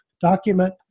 document